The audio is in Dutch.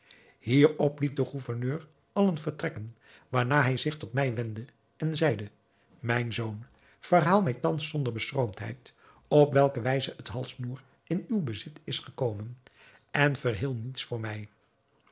hierop liet de gouverneur allen vertrekken waarna hij zich tot mij wendde en zeide mijn zoon verhaal mij thans zonder beschroomdheid op welke wijze het halssnoer in uw bezit is gekomen en verheel niets voor mij